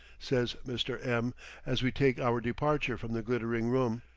says mr. m as we take our departure from the glittering room.